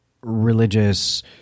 religious